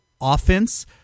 offense